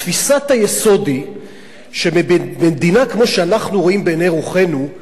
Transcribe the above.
תפיסת היסוד היא שבמדינה כמו שאנחנו רואים בעיני רוחנו,